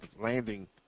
landing